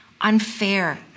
unfair